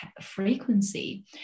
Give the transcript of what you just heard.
frequency